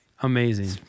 amazing